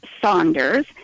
Saunders